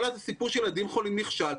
כל הסיפור של ילדים חולים נכשל.